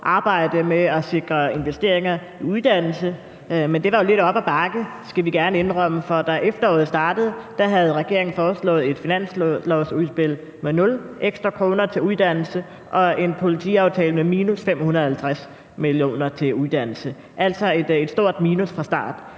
arbejde med at sikre investeringer i uddannelse. Men det var jo lidt op ad bakke, skal vi gerne indrømme, for da efteråret startede, var regeringen kommet med et finanslovsudspil med nul ekstra kroner til uddannelse og en politiaftale med minus 550 mio. kr. til uddannelse, altså et stort minus fra start.